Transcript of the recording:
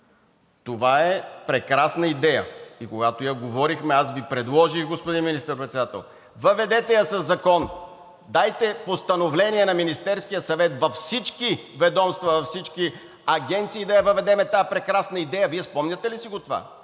Това е прекрасна идея и когато я говорихме, аз Ви предложих, господин Министър-председател, въведете я със закон, дайте постановление на Министерския съвет и във всички ведомства, във всички агенции да я въведем тази прекрасна идея. Вие спомняте ли си го това?